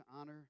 honor